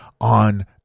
on